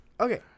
Okay